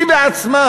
היא בעצמה